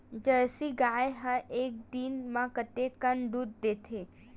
Jersey गाय ह एक दिन म कतेकन दूध देथे?